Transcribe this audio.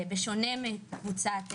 בשונה מקבוצת השכירים,